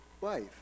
wife